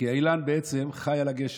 כי האילן בעצם חי על הגשם,